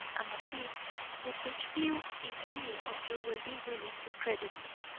a motive with which few, if any, of you will be willing to credit me.